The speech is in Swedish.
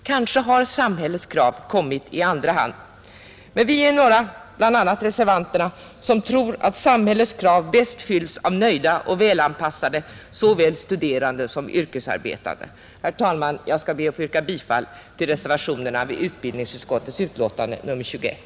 Kanske har samhällets krav kommit i andra hand, men vi är några, bl.a. reservanterna, som tror att också samhällets krav bäst fylls av nöjda och välanpassade såväl studerande som yrkesarbetande. Herr talman! Jag ber att få yrka bifall till reservationerna vid utbildningsutskottets betänkande nr 21.